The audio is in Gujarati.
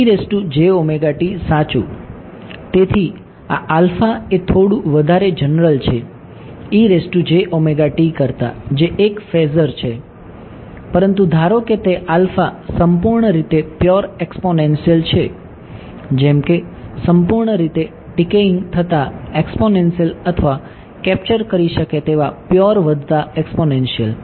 તેથી આ એ થોડું વધારે જનરલ છે કરતાં જે એક ફેઝર છે પરંતુ ધારો કે તે સંપૂર્ણ રીતે પ્યોર એક્સ્પોનેંશિયલ છે જેમ કે સંપૂર્ણ રીતે ડિકેઈંગ થતા એક્સ્પોનેંશિયલ અથવા કેપ્ચર કરી શકે તેવા પ્યોર વધતા એક્સ્પોનેંશિયલ